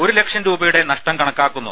ഒരു ലക്ഷംരൂപയുടെ നഷ്ടം കണക്കാക്കുന്നു